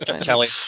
Kelly